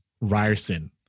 Ryerson